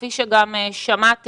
כפי שגם שמעתם,